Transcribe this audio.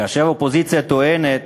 כאשר האופוזיציה טוענת